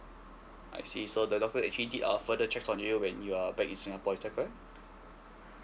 I see so the doctor actually did a further checks on you when you're back in singapore is that correct